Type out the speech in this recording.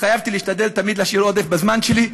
התחייבתי להשתדל להשאיר תמיד עודף בזמן שלי,